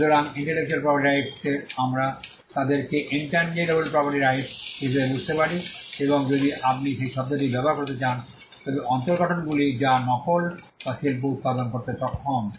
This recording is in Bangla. সুতরাং ইন্টেলেকচুয়াল প্রপার্টির রাইটস আমরা তাদেরকে ইন্ট্যাঞ্জিবলে প্রপার্টির রাইটস হিসাবে বুঝতে পারি এবং যদি আপনি সেই শব্দটি ব্যবহার করতে চান তবে অন্তর্গঠনগুলি যা নকল বা শিল্প উত্পাদন করতে সক্ষম